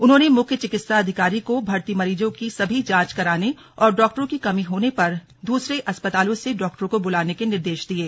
उन्होंने मुख्य चिकित्साधिकारी को भर्ती मरीजों की सभी जांच कराने और डॉक्टरों की कमी होने पर दूसरे अस्पतालों से डॉक्टरों को बुलाने के निर्देश दिये